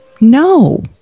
No